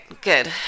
good